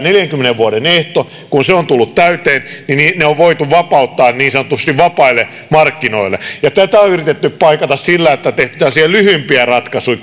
neljänkymmenen vuoden ehto niin kun se on tullut täyteen niin niin ne on voitu vapauttaa niin sanotusti vapaille markkinoille tätä on on yritetty paikata sillä että on tehty tällaisia lyhyempiä ratkaisuja